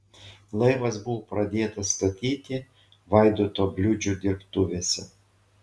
laivas buvo pradėtas statyti vaidoto bliūdžio dirbtuvėse